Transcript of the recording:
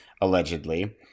Allegedly